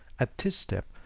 at this step,